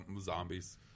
zombies